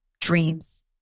dreams